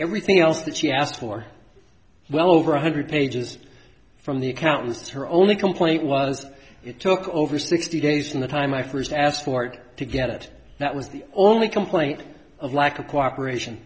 everything else that she asked for well over one hundred pages from the accountants her only complaint was it took over sixty days in the time i first asked for it to get it that was the only complaint of lack of cooperation